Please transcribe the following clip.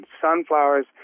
sunflowers